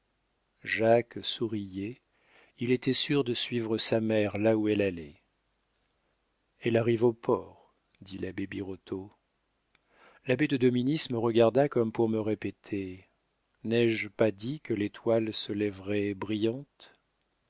jacques souriait il était sûr de suivre sa mère là où elle allait elle arrive au port dit l'abbé birotteau l'abbé de dominis me regarda comme pour me répéter n'ai-je pas dit que l'étoile se lèverait brillante